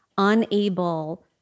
unable